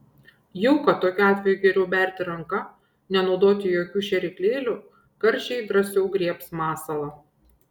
jauką tokiu atveju geriau berti ranka nenaudoti jokių šėryklėlių karšiai drąsiau griebs masalą